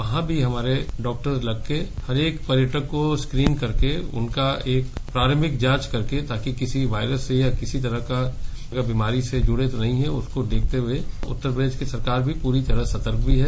वहां भी हमारे डॉक्टर लगके हर एक पर्यटक को स्क्रीन करके उनका एक प्रारम्भिक जांच करके ताकि किसी वायरस से या किसी तरह का बीमारी से जड़े तो नहीं हैं उसको देखते हुए उत्तर प्रदेश की सरकार भी पूरी तरह सतर्क भी है